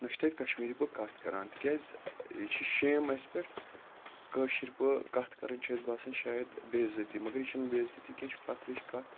نہَ چھ تَتہِ کَشمیٖری پٲٹھۍ کتھ کَران تِکیازِ یہِ چھِ شیم اَسہِ پیٹھ کٲشٕر پٲ کَتھ کَرٕنۍ چھُ اَسہِ باسان شاید بے عزتی مگر یہِ چھَنہٕ بے عزتی کینٛہہ یہِ چھِ فخرٕچ کتھ